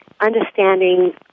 understanding